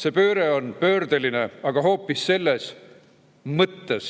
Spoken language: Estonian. see pööre on pöördeline, aga hoopis selles mõttes,